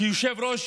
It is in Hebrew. כיושב-ראש